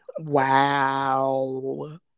wow